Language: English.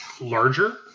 larger